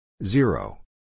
Zero